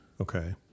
Okay